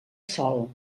sol